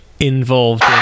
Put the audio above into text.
involved